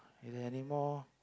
is there any more